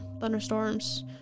thunderstorms